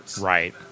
right